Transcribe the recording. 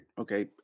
Okay